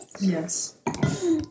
Yes